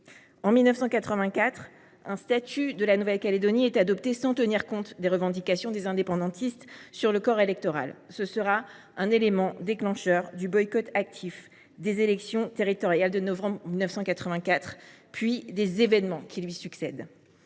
En 1984, un statut de la Nouvelle Calédonie est adopté sans tenir compte des revendications des indépendantistes sur le corps électoral. Ce sera l’un des éléments déclencheurs du boycott actif des élections territoriales de novembre 1984, puis des « événements » qui lui succèdent.